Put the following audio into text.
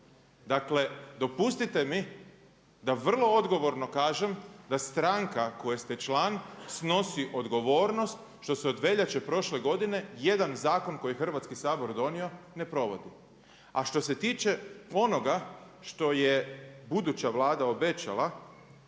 Dakle, dopustite mi da vrlo odgovorno kažem da stranka koje ste član snosi odgovornost što se od veljače prošle godine jedan zakon koji je Hrvatski sabor donio ne provodi. A što se tiče onoga što je buduća Vlada obećala